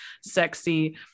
sexy